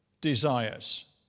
desires